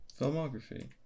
Filmography